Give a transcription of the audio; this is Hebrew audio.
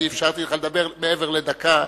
אני אפשרתי לך לדבר מעבר לדקה,